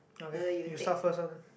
okay you start first lor then